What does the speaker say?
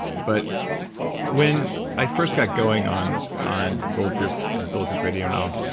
but when i first got going on on bulletproof and bulletproof radio and all,